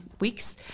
weeks